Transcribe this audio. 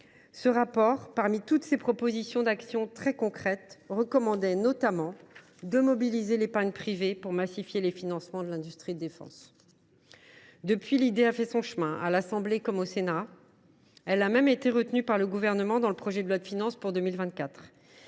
Ce rapport, parmi nombre de propositions d’action très concrètes, recommandait, notamment, de mobiliser l’épargne privée pour massifier les financements de l’industrie de la défense. Depuis, l’idée a fait son chemin, à l’Assemblée nationale comme au Sénat. Elle a même été retenue par le Gouvernement dans le projet de loi de finances pour 2024.